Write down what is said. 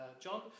John